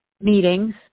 meetings